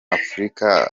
afurika